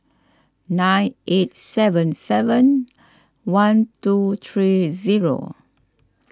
nine eight seven seven one two three zero